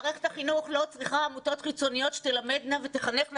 מערכת החינוך לא צריכה עמותות חיצוניות שתלמדנה ותחנכה